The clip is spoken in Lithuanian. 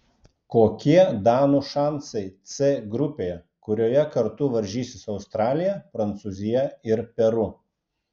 kokie danų šansai c grupėje kurioje kartu varžysis australija prancūzija ir peru